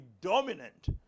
dominant